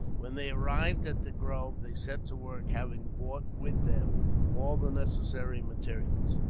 when they arrived at the grove they set to work, having brought with them all the necessary materials.